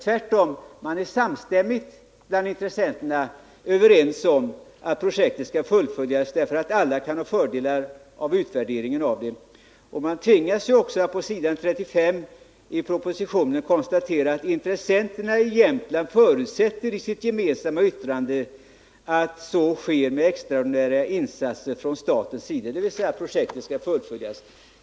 Tvärtom — intressenterna är överens om att projektet skall fullföljas därför att alla kan ha fördelar av det. Man tvingas också att på s. 35 i propositionen konstatera att intressenterna i Jämtland i sitt gemensamma yttrande förutsätter att projektet fullföljs med extraordinära insatser från statens sida.